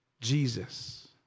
Jesus